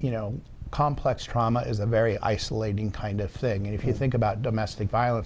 you know complex trauma is a very isolating kind of thing and if you think about domestic violence